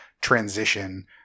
transition